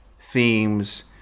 themes